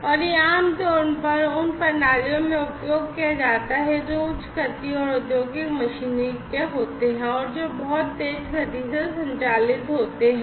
और यह आमतौर पर उन प्रणालियों में उपयोग किया जाता है जो उच्च गति और औद्योगिक मशीनरी के होते हैं और जो बहुत तेज गति से संचालित होते हैं